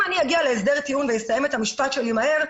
אם אני אגיע להסדר טיעון ואסיים את המשפט שלי מהר,